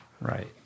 Right